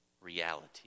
reality